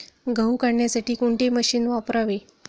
गहू काढण्यासाठी कोणते मशीन वापरावे?